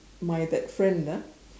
my that friend ah